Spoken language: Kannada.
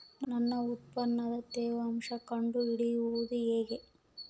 ನನ್ನ ಉತ್ಪನ್ನದ ತೇವಾಂಶ ಕಂಡು ಹಿಡಿಯುವುದು ಹೇಗೆ?